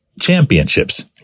championships